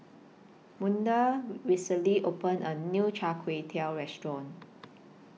Maude recently opened A New Char Kway Teow Restaurant